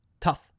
tough